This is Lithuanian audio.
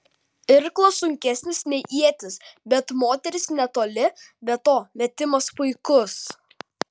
irklas sunkesnis nei ietis bet moteris netoli be to metimas puikus